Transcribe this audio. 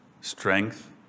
strength